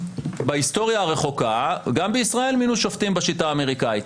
בהיסטוריה הרחוקה גם בישראל מינו שופטים בשיטה האמריקנית.